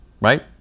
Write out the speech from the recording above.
Right